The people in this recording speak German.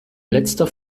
letzter